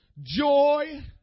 joy